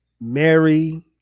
Mary